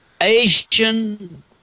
Asian